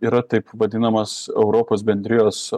yra taip vadinamas europos bendrijos